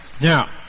Now